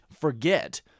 forget